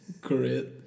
great